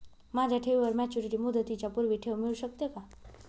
माझ्या ठेवीवर मॅच्युरिटी मुदतीच्या पूर्वी ठेव मिळू शकते का?